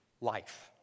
Life